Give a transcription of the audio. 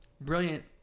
brilliant